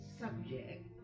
subject